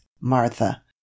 martha